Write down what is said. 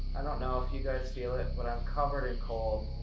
i don't know if you guys feel it, but i'm covered in cold.